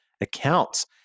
accounts